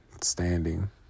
standing